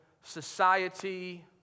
society